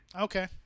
Okay